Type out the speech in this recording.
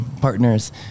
partners